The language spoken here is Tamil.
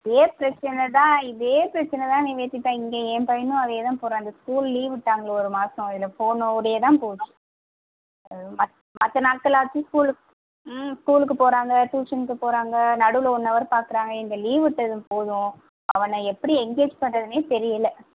இதே பிரச்சின தான் இதே பிரச்சின தான் நிவேதிதா இங்கேயும் ஏ பையனும் அதே தான் போகிறான் இந்த ஸ்கூல் லீவ் விட்டாங்களே ஒரு மாதம் அதில் ஃபோனோடையே தான் போச்சு மத் மற்ற நாட்களாச்சும் ஸ்கூலுக்கு ம் ஸ்கூலுக்குப் போகிறாங்க டியூஷனுக்குப் போகிறாங்க நடுவில் ஒன் ஹவர் பார்க்கறாங்க இந்த லீவ் விட்டதும் போதும் அவனை எப்படி என்கேஜ் பண்ணுறதுனே தெரியலை